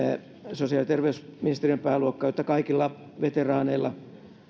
sosiaali ja terveysministeriön pääluokkaan jotta kaikilla veteraaneilla